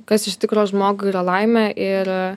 kas iš tikro žmogui yra laimė ir